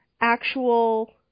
actual